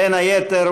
בין היתר,